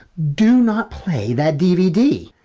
do not play that dvd.